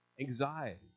anxiety